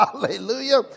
hallelujah